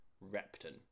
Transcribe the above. Repton